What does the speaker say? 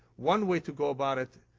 one way to go about it,